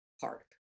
Park